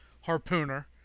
harpooner